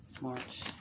March